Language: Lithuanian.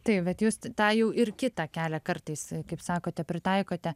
tai vat jūs tą jau ir kitą kelią kartais kaip sakote pritaikote